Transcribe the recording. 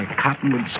Cottonwood